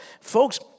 Folks